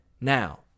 Now